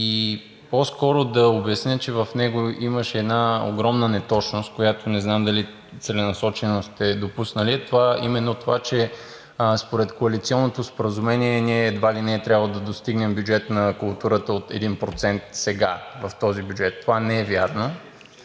и по-скоро да обясня, че в него имаше една огромна неточност, която не знам дали целенасочено сте допуснали, а именно това, че според коалиционното споразумение ние едва ли не е трябвало да достигнем бюджет на културата от 1% сега, в този бюджет. Това не е вярно.